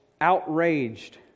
outraged